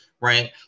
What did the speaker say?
right